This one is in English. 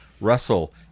Russell